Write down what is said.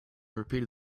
repeated